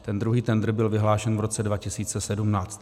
Ten druhý tendr byl vyhlášen v roce 2017.